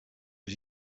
was